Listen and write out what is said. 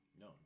No